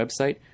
website